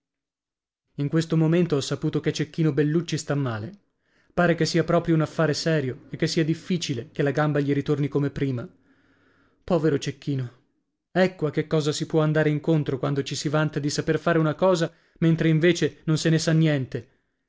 in questo momento ho saputo che cecchino bellucci sta male pare che sia proprio un affare serio e che sia difficile che la gamba gli ritorni come prima povero cecchino ecco a che cosa si può andare incontro quando ci si vanta di saper fare una cosa mentre invece non se ne sa niente